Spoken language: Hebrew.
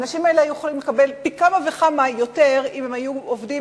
האנשים האלה היו יכולים לקבל פי כמה וכמה אם הם היו עובדים